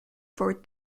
for